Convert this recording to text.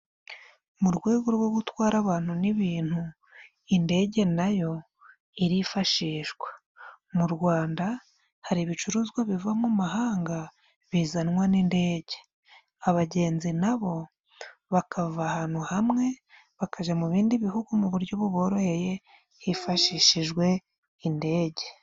Mu rwego rwo gutwara abantu n'ibintu, indege na yo irifashishwa. Mu Rwanda hari ibicuruzwa biva mu mahanga bizanwa n'indege. Abagenzi na bo bakava ahantu hamwe, bakaja mu bindi bihugu mu buryo buboroheye hifashishijwe indege.